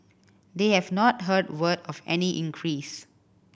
they have not heard word of any increase